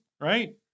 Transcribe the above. right